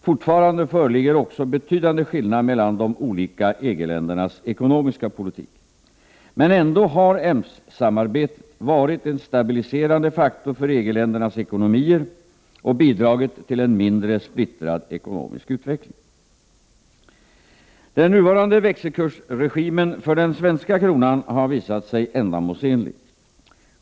Fortfarande föreligger också betydande skillnader mellan de olika EG-ländernas ekonomiska politik. Men ändå har EMS varit en stabiliserande faktor för EG-ländernas ekonomier och bidragit till en mindre splittrad ekonomisk utveckling. Den nuvarande växelkursregimen för den svenska kronan har visat sig ändamålsenlig.